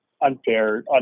unfair